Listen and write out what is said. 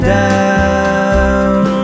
down